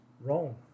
Wrong